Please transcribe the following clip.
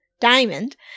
Diamond